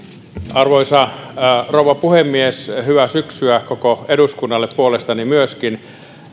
arvoisa rouva puhemies hyvää syksyä koko eduskunnalle puolestani myöskin